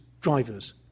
drivers